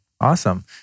Awesome